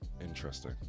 Interesting